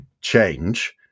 change